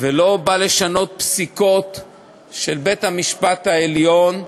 ולא נועד לשנות פסיקות של בית-המשפט העליון.